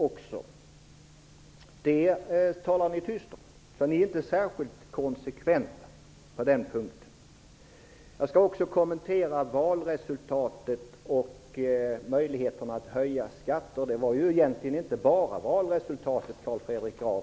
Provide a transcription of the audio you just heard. Men det talar ni tyst om. Ni är inte särskilt konsekventa på den punkten. Jag vill också kommentera valresultatet och möjligheten att höja skatter. Det handlar inte bara om valresultatet, Carl Fredrik Graf.